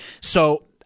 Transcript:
So-